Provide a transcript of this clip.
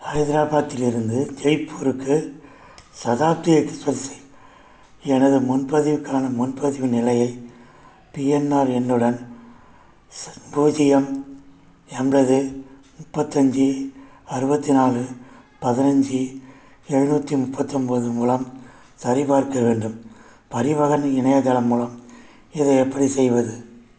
ஹைதராபாத்திலிருந்து ஜெய்ப்பூருக்கு சதாப்தி எக்ஸ்பிரெஸ் எனது முன்பதிவுக்கான முன்பதிவு நிலையை பிஎன்ஆர் எண்ணுடன் ஸ் பூஜ்யம் எம்பலது முப்பத்தஞ்சு அறுபத்தி நாலு பதினஞ்சி எழுநூற்றி முப்பத்தி ஒன்போது மூலம் சரிபார்க்க வேண்டும் பரிவதனை இணையதளம் மூலம் இதை எப்படி செய்வது